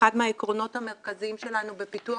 אחד מהעקרונות המרכזיים שלנו בפיתוח